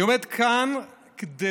אני עומד כאן כדי